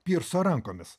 pirso rankomis